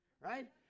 Right